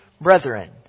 brethren